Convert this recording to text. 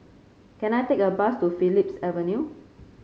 can I take a bus to Phillips Avenue